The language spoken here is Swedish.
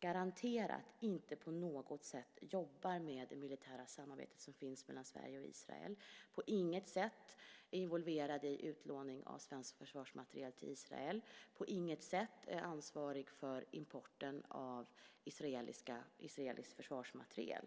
garanterat inte på något sätt jobbar med det militära samarbete som finns mellan Sverige och Israel, på inget sätt är involverad i utlåning av svensk försvarsmateriel till Israel, på inget sätt är ansvarig för importen av israelisk försvarsmateriel.